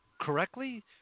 correctly